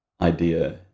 idea